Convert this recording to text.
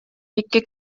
pikki